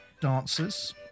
dancers